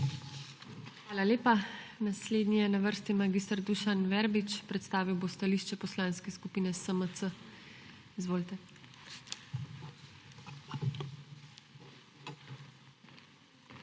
Hvala lepa. Naslednji je na vrsti mag. Dušan Verbič. Predstavil bo stališče Poslanske skupine SMC. Izvolite.